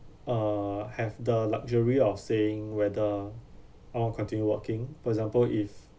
uh have the luxury of saying whether I'll continue working for example if